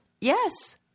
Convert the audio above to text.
Yes